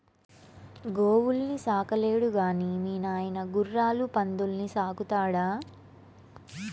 గోవుల్ని సాకలేడు గాని మీ నాయన గుర్రాలు పందుల్ని సాకుతాడా